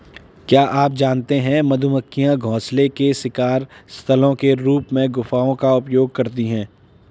क्या आप जानते है मधुमक्खियां घोंसले के शिकार स्थलों के रूप में गुफाओं का उपयोग करती है?